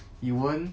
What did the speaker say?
you won't